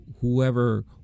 whoever